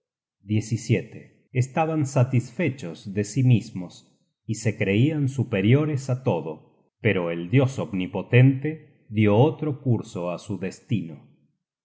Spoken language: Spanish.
fuego estaban satisfechos de sí mismos y se creian superiores á todo pero el dios omnipotente dió otro curso á su destino